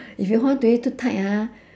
if you hold onto it too tight ah